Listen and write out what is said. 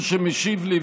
הוא שמשיב לי,